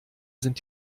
sind